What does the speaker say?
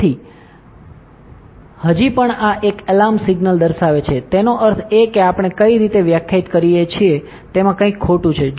તેથી હજી પણ આ એક એલાર્મ સિગ્નલ દર્શાવે છે તેનો અર્થ એ કે આપણે કઈ રીતે વ્યાખ્યાયિત કરી છે તેમાં કંઇક ખોટું છે